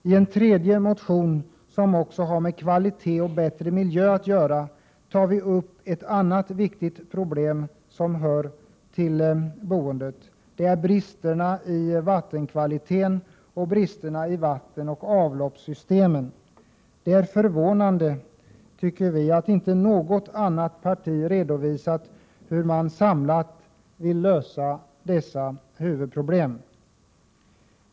I en tredje motion, som också har med kvalitet och bättre miljö att göra, tar vi upp ett annat viktigt problem som hör till boendet: bristerna i vattenkvaliteten och bristerna i vattenoch avloppssystemen. Det är förvånande att inte något annat parti har redovisat hur man samlat vill lösa dessa huvudproblem.